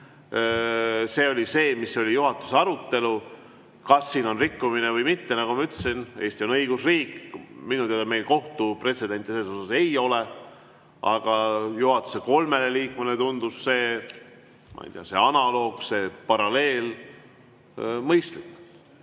See oli see, mis oli juhatuses arutelul. Kas siin on rikkumine või mitte? Nagu ma ütlesin, Eesti on õigusriik, minu teada meil kohtupretsedenti selles ei ole. Aga juhatuse kolmele liikmele tundus see analoog, see paralleel, mõistlik,